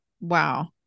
Wow